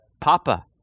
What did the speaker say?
Papa